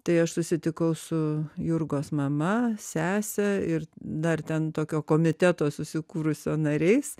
tai aš susitikau su jurgos mama sese ir dar ten tokio komiteto susikūrusio nariais